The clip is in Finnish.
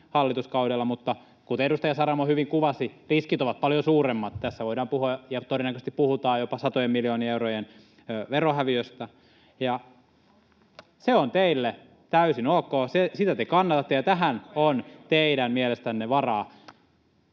hallituskaudella, mutta kuten edustaja Saramo hyvin kuvasi, riskit ovat paljon suuremmat. Tässä voidaan puhua ja todennäköisesti puhutaan jopa satojen miljoonien eurojen verohäviöstä. [Perussuomalaisten ryhmästä: Ohhoh!] Se on teille täysin ok. Sitä te kannatatte, ja tähän on teidän mielestänne varaa.